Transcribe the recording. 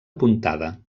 apuntada